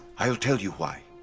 i'll tell you why.